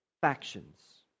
factions